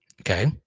okay